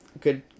Good